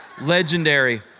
Legendary